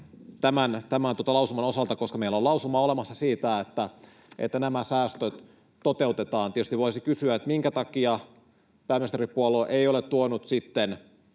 tämän lausuman osalta, koska meillä on lausuma olemassa siitä, että nämä säästöt toteutetaan. Tietysti voisi kysyä, minkä takia pääministeripuolue ei ole tuonut tähän